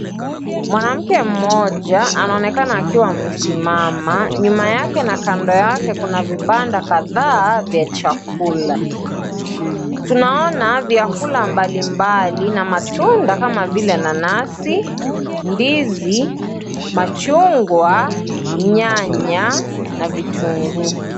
Mwanamke mmoja anaonekana akiwa amesimama, nyuma yake na kando yake kuna vibanda kadhaa vya chakula. Tunaona vyakula mbalimbali na matunda kama vile nanasi, ndizi, machungwa, nyanya na vitunguu.